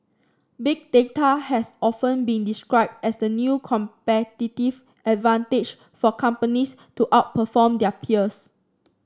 Big Data has often been described as the new competitive advantage for companies to outperform their peers